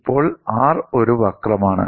ഇപ്പോൾ R ഒരു വക്രമാണ്